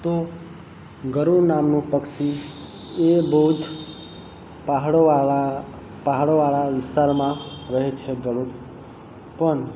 તો ગરૂડ નામનું પક્ષી એ બહુ જ પહાડોવાળા પહાડોવાળા વિસ્તારમાં રહે છે ગરૂડ પણ